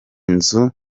nzu